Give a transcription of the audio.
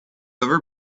ever